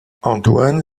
antoine